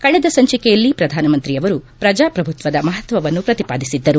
ಕಳೆದ ಸಂಚಿಕೆಯಲ್ಲಿ ಪ್ರಧಾನ ಮಂತ್ರಿ ಅವರು ಪ್ರಜಾಪ್ರಭುತ್ವದ ಮಹತ್ವವನ್ನು ಪ್ರತಿಪಾದಿಸಿದ್ದರು